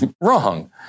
wrong